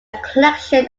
collection